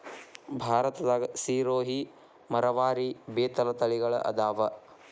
ಭಾರತದಾಗ ಸಿರೋಹಿ, ಮರವಾರಿ, ಬೇತಲ ತಳಿಗಳ ಅದಾವ